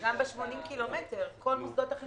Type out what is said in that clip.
גם ב-80 ק"מ כל מוסדות החינוך היו סגורים.